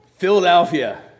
Philadelphia